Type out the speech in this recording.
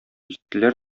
җиттеләр